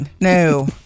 No